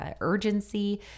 urgency